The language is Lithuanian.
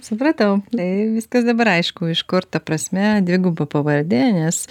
supratau tai viskas dabar aišku iš kur ta prasme dviguba pavardė nes